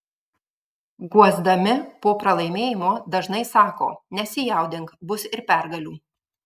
guosdami po pralaimėjimo dažnai sako nesijaudink bus ir pergalių